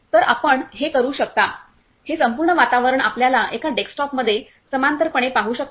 तर आपण हे करू शकता हे संपूर्ण वातावरण आपल्याला एका डेस्कटॉपमध्ये समांतरपणे पाहू शकता